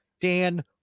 Dan